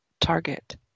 target